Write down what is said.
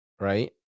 right